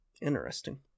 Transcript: Interesting